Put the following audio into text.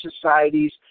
societies